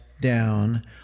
down